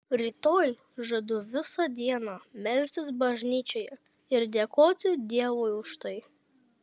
rytoj žadu visą dieną melstis bažnyčioje ir dėkoti dievui už tai